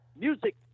music